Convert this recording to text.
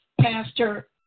Pastor